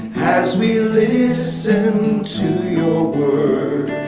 as we listen to your word,